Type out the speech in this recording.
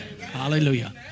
Hallelujah